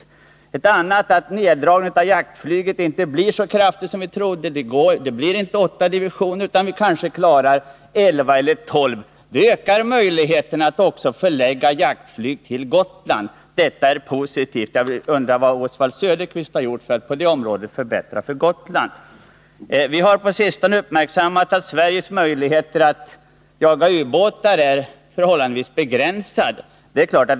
För det andra blir neddragningen av jaktflyget inte så kraftig som vi trodde. Det blir inte åtta divisioner, utan vi kanske klarar elva eller tolv. Det : ökar möjligheterna att förlägga jaktflyg till Gotland. Det är också positivt. Jag undrar vad Oswald Söderqvist har gjort för att på detta område åstadkomma förbättringar för Gotland. På sistone har många uppmärksammat att Sveriges förmåga att jaga u-båtar är förhållandevis begränsad.